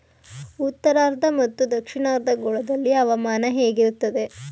ಉತ್ತರಾರ್ಧ ಮತ್ತು ದಕ್ಷಿಣಾರ್ಧ ಗೋಳದಲ್ಲಿ ಹವಾಮಾನ ಹೇಗಿರುತ್ತದೆ?